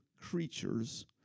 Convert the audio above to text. creatures